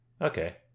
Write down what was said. okay